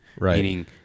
Meaning